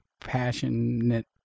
passionate